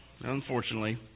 unfortunately